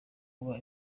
buba